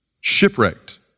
Shipwrecked